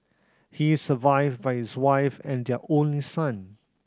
he is survived by his wife and their only son